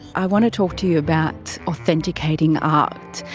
i want to talk to you about authenticating art.